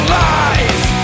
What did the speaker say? lies